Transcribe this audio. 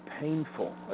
painful